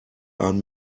ein